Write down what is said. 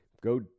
Go